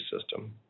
system